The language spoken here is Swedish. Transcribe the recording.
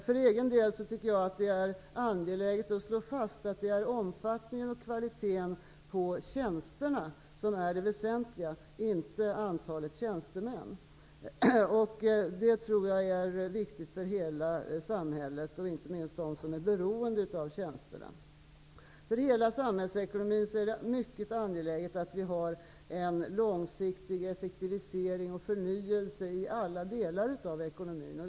För egen del tycker jag att det är angeläget att slå fast att det är omfattningen och kvaliteten på tjänsterna som är det väsentliga, inte antalet tjänstemän. Jag tror att det är viktigt för hela samhället, inte minst för dem som är beroende av tjänsterna. Det är angeläget för hela samhällsekonomin att det sker en långsiktig effektivisering och förnyelse i alla delar av ekonomin.